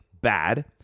Bad